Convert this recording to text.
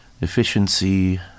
efficiency